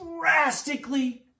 drastically